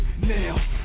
Now